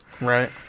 right